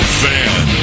fan